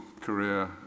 career